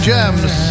Gems